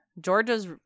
Georgia's